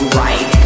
right